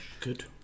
Good